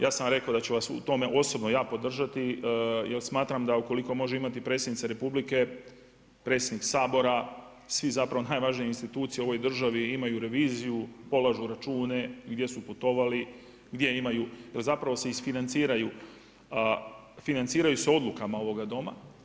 Ja sam rekao, da ću vas u tome osobno ja podržati, jer smatram, da ukoliko može imati predsjednica Republike predsjednik Sabora, svi zapravo najvažnije institucije u ovoj državi imaju reviziju, polažu račune, gdje su putovali, gdje imaju, jer zapravo se isfinanciraju, financiraju se odlukama ovoga Doma.